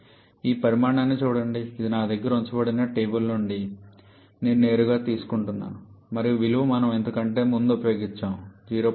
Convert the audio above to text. ఈ పరిమాణాన్ని చూడండి ఇది నా దగ్గర ఉంచబడిన టేబుల్ నుండి నేను నేరుగా తీసుకుంటున్నాను మరియు విలువ మనం ఇంతకు ముందు కూడా ఉపయోగించాము 0